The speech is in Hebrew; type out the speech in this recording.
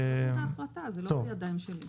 זו היתה החלטה, זה לא בידיים שלי.